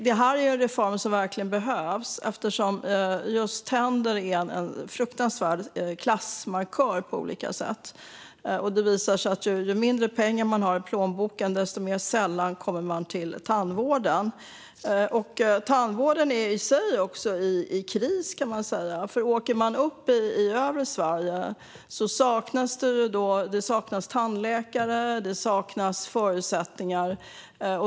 Det här är en reform som verkligen behövs, eftersom just tänder är en fruktansvärt stark klassmarkör på olika sätt. Det visar sig att ju mindre pengar man har i plånboken, desto mer sällan kommer man till tandvården. Tandvården i sig är också i kris. I norra Sverige saknas det tandläkare och andra förutsättningar.